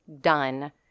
done